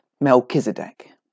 Melchizedek